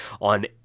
on